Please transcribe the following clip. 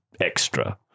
extra